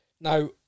Now